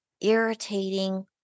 irritating